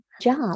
job